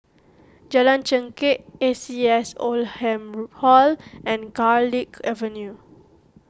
Jalan Chengkek A C S Oldham Hall and Garlick Avenue